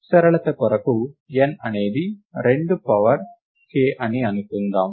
సరళత కొరకు n అనేది రెండు పవర్ k అని అనుకుందాం